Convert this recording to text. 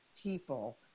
people